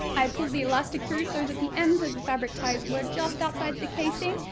i pulled the elastic through so that the ends of the fabric ties were just outside the casing.